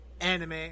Anime